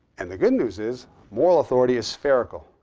and the good news is moral authority is spherical.